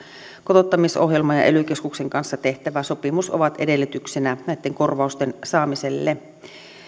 kotouttamisohjelma ja ely keskuksen kanssa tehtävä sopimus ovat edellytyksenä korvausten saamiselle